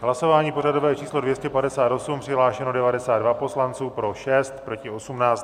Hlasování pořadové číslo 258, přihlášeno 92 poslanců, pro 6, proti 18.